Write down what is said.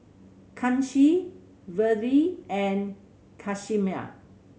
Kanshi Vedre and Ghanshyam